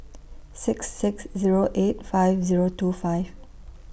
six six Zero eight five Zero two five